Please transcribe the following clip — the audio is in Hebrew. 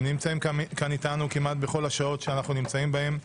הם נמצאים כאן איתנו כמעט בכל השעות שאנחנו נמצאים בהן,